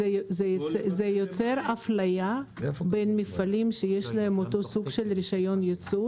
זה יוצר אפליה בין מפעלים שיש להם אותו סוג של רישיון ייצור.